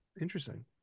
interesting